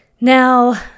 Now